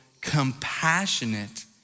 compassionate